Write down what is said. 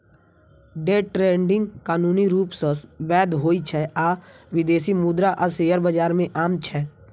day trading कानूनी रूप सं वैध होइ छै आ विदेशी मुद्रा आ शेयर बाजार मे आम छै